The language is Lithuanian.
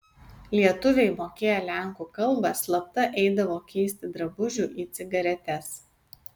lietuviai mokėję lenkų kalbą slapta eidavo keisti drabužių į cigaretes